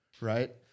right